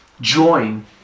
join